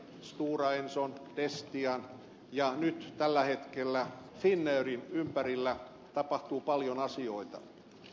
stora enson destian ja nyt tällä hetkellä finnairin ympärillä tapahtuu paljon asioita